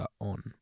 on